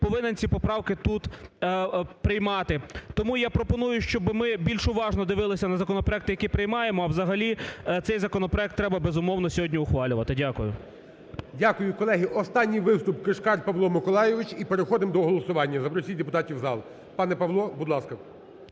повинен ці поправки тут приймати. Тому я пропоную, щоб ми більш уважно дивилися на законопроекти, які приймаємо, а взагалі цей законопроект треба, безумовно, сьогодні ухвалювати. Дякую. ГОЛОВУЮЧИЙ. Дякую. Колеги, останній виступ Кишкар Павло Миколайович і переходимо до голосування. Запросіть депутатів в зал. Пане Павло, будь ласка.